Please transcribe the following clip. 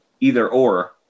either-or